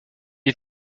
est